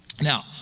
Now